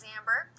Amber